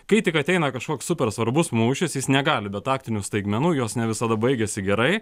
kai tik ateina kažkoks super svarbus mūšis jis negali be taktinių staigmenų jos ne visada baigiasi gerai